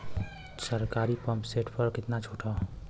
सरकारी pump set प कितना छूट हैं?